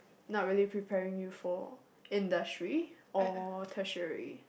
not really preparing you for industry or tertiary